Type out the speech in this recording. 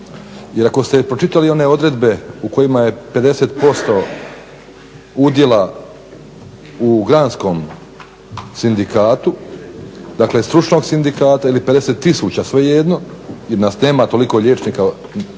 Jer ako ste pročitali one odredbe u kojima je 50% udjela u granskom sindikatu, dakle stručnog sindikata ili 50 tisuća svejedno jer nas nema toliko liječnika